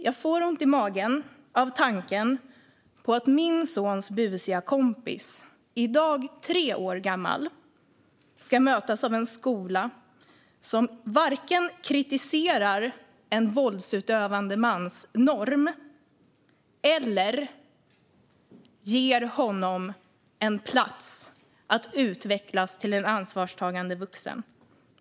Jag får ont i magen vid tanken på att min sons busiga kompis, i dag tre år gammal, ska mötas av en skola som varken kritiserar en våldsutövande mansnorm eller ger honom en plats att utvecklas till en ansvarstagande vuxen.